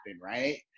right